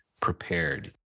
prepared